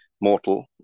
mortal